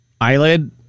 Eyelid